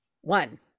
One